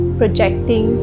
projecting